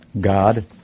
God